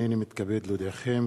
הנני מתכבד להודיעכם,